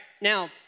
now